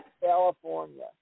California